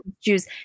choose